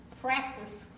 practice